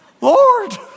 Lord